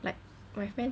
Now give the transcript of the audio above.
like my friend